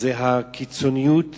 הקיצוניות